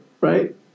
right